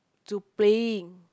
to playing